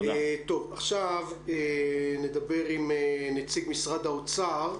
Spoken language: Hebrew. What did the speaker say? עכשיו נדבר עם נציג משרד האוצר.